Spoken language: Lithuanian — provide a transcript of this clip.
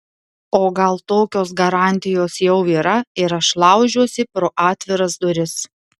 o gal tokios garantijos jau yra ir aš laužiuosi pro atviras duris